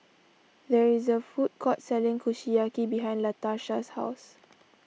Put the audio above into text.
there is a food court selling Kushiyaki behind Latarsha's house